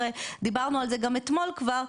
דיברנו על זה גם אתמול כבר,